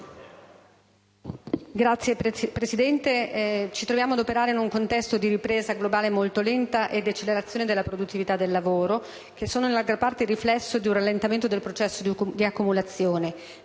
Signor Presidente, ci troviamo ad operare in un contesto di ripresa globale molto lenta e di decelerazione della produttività del lavoro, che sono in gran parte il riflesso di un rallentamento del processo di accumulazione.